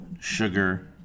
sugar